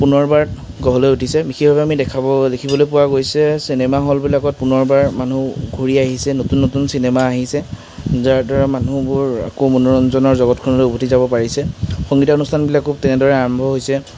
পুনৰবাৰ গঢ় লৈ উঠিছে বিশেষভাৱে আমি দেখাব দেখিবলৈ পোৱা গৈছে চিনেমা হল বিলাকত পুনৰবাৰ মানুহ ঘূৰি আহিছে নতুন নতুন চিনেমা আহিছে যাৰদ্বাৰা মানুহবোৰ আকৌ মনোৰঞ্জনৰ জগতখনলৈ উভতি যাব পাৰিছে সংগীতানুষ্ঠানবিলাকো তেনেদৰে আৰম্ভ হৈছে